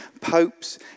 popes